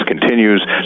continues